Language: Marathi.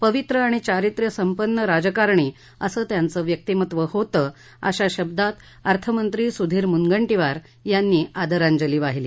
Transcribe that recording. पवित्र आणि चारित्र्यसंपन्न राजकारणी असं त्यांचं व्यक्तिमत्व होतं अशा शब्दात अर्थमंत्री सुधीर मुनगंटीवार यांनी आदरांजली वाहिली